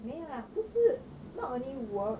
没有 lah 不是 not only work